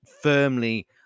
firmly